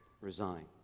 resign